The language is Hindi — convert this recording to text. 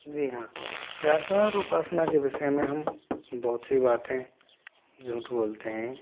जी हाँ प्रार्थना और उपासना के विषय में हम बहुत सी बातें झूठ बोलते हैं